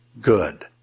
good